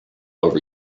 over